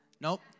nope